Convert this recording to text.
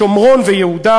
השומרון ויהודה,